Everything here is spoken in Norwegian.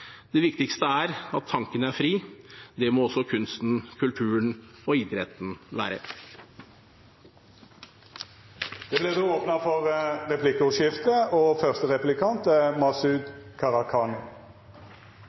Det viktigste er at tanken er fri, det må også kunsten, kulturen og idretten være. Det vert replikkordskifte. Vi er en stolt idrettsnasjon, og da skal vi ta vare på idrettsheltene våre. For